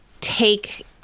take